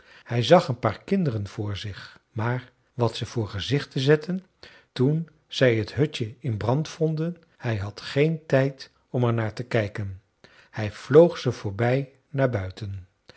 hij zag een paar kinderen vr zich maar wat ze voor gezichten zetten toen zij het hutje in brand vonden hij had geen tijd om er naar te kijken hij vloog ze voorbij naar buiten